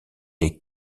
les